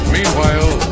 Meanwhile